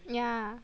yeah